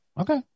Okay